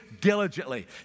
diligently